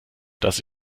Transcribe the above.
dass